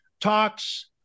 Talks